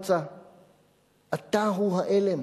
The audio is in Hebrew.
מקונסטנצה!/ אתה הוא העלם!